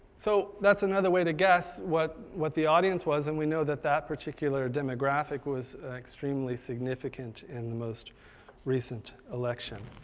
so, that's another way to guess what what the audience was, and we know that that particular demographic was extremely significant in the most recent election.